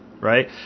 right